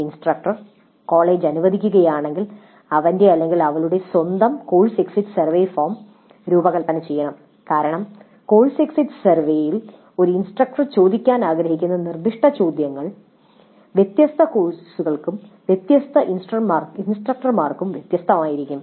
instructor college അനുവദിക്കുകയാണെങ്കിൽ അവന്റെ അവളുടെ സ്വന്തം കോഴ്സ് എക്സിറ്റ് സർവേ ഫോം രൂപകൽപ്പന ചെയ്യണം കാരണം കോഴ്സ് എക്സിറ്റ് സർവേയിൽ ഒരു ഇൻസ്ട്രക്ടർ ചോദിക്കാൻ ആഗ്രഹിക്കുന്ന നിർദ്ദിഷ്ട ചോദ്യങ്ങൾ വ്യത്യസ്ത കോഴ്സുകൾക്കും വ്യത്യസ്ത ഇൻസ്ട്രക്ടർമാർക്കും വ്യത്യസ്തമായിരിക്കും